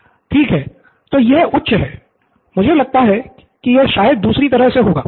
निथिन ठीक है तो यह उच्च है मुझे लगा कि है कि यह शायद दूसरी तरह से होगा